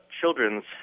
children's